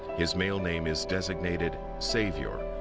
his male name is designated savior,